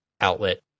outlet